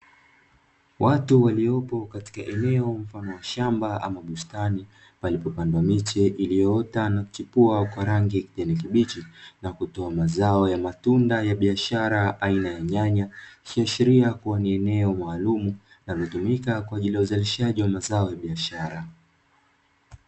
Watu waliopo katika eneo mfano wa shamba au bustani, palipopandwa miche iliyoota na kuchipua kwa rangi ya kijani kibichi na kutoa mazao ya matunda ya biashara aina ya nyanya; ikiashiria kua ni eneo maalumu linalotumika kwa ajili ya uzalishaji wa mazao ya biashara.